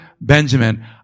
Benjamin